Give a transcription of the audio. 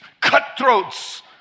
cutthroats